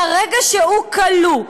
מהרגע שהוא כלוא,